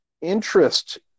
interest